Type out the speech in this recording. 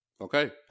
Okay